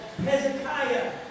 Hezekiah